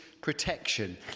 protection